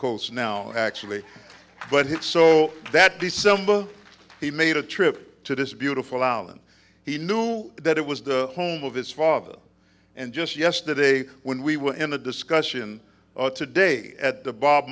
coast now actually but it's so that december he made a trip to this beautiful island he knew that it was the home of his father and just yesterday when we were in a discussion today at the bob